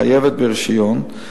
חייבת ברשיון,